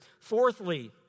Fourthly